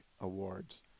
awards